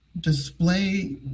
display